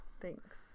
Thanks